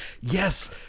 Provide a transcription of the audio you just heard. yes